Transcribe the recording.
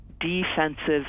defensive